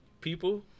people